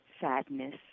sadness